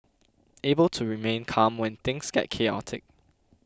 able to remain calm when things get chaotic